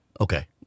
Okay